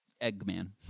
Eggman